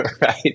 right